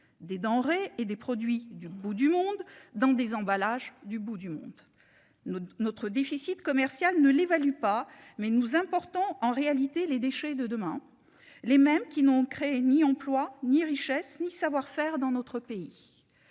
des denrées et des produits du bout du monde dans des emballages, du bout du monde. Notre notre déficit commercial ne l'évalue pas mais nous important en réalité les déchets de demain. Les mêmes qui n'ont créé ni emploi ni richesse ni savoir-faire dans notre pays.